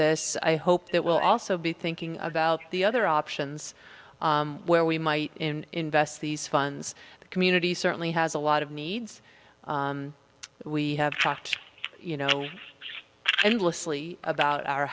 this i hope that we'll also be thinking about the other options where we might in invest these funds the community certainly has a lot of needs we have you know endlessly about our